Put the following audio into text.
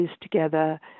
together